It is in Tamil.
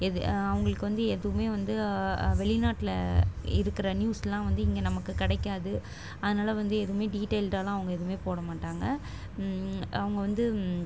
எது அவர்களுக்கு வந்து எதுவுமே வந்து வெளிநாட்டில் இருக்கிற நியூஸெலாம் வந்து இங்கே நமக்கு கிடைக்காது அதனாலே வந்து எதுவுமே டீட்டெய்ல்டாலாம் அவங்க எதுவுமே போடமாட்டாங்க அவங்க வந்து